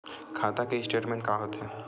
खाता के स्टेटमेंट का होथे?